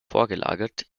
vorgelagert